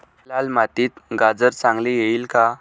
लाल मातीत गाजर चांगले येईल का?